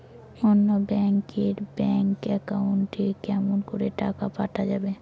অন্য ব্যাংক এর bank account এ কেমন করে টাকা পাঠা যাবে?